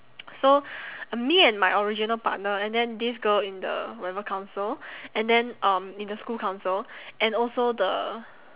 so me and my original partner and then this girl in the whatever council and then um in the school council and also the